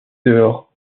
dehors